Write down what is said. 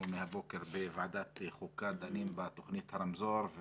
מהבוקר בוועדת חוקה דנים בתוכנית הרמזור,